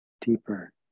deeper